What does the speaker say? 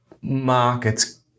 Markets